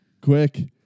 Quick